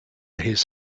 his